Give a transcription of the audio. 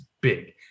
big